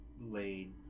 laid